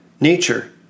Nature